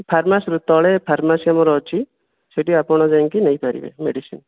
ଫାର୍ମାସୀରୁ ତଳେ ଫାର୍ମାସୀ ଆମର ଅଛି ସେଇଠି ଆପଣ ଯାଇକି ନେଇ ପାରିବେ ମେଡ଼ିସିନ୍